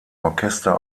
orchester